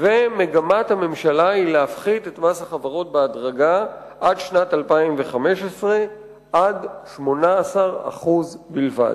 ומגמת הממשלה היא להפחית את מס החברות בהדרגה עד שנת 2015 ל-18% בלבד.